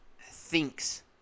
thinks